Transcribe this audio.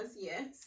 Yes